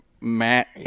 matt